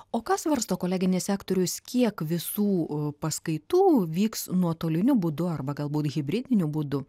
o ką svarsto koleginis sektorius kiek visų paskaitų vyks nuotoliniu būdu arba galbūt hibridiniu būdu